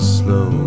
slow